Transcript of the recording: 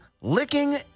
licking